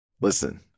Listen